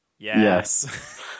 Yes